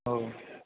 हो